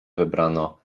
wybrano